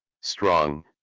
Strong